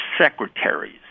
secretaries